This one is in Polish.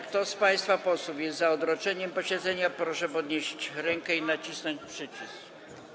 Kto z państwa posłów jest za odroczeniem posiedzenia, proszę podnieść rękę i nacisnąć przycisk.